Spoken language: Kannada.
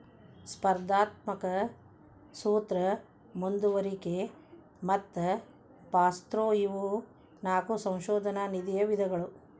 ಸ್ಪರ್ಧಾತ್ಮಕ ಸೂತ್ರ ಮುಂದುವರಿಕೆ ಮತ್ತ ಪಾಸ್ಥ್ರೂ ಇವು ನಾಕು ಸಂಶೋಧನಾ ನಿಧಿಯ ವಿಧಗಳು